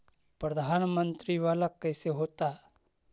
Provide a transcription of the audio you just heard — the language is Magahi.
प्रधानमंत्री मंत्री वाला कैसे होता?